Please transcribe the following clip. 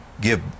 give